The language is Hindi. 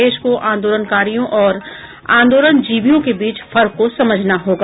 देश को आंदोलनकारियों और आंदोलनजीवियों के बीच फर्क को समझना होगा